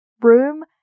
room